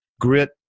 grit